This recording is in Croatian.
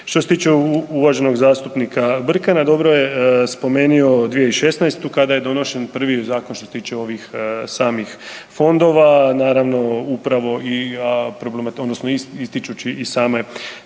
Što se tiče uvaženog zastupnika Brkana, dobro je spomenuo 2016. kada je donesen prvi zakon što se tiče ovih samih fondova. Naravno upravo i, a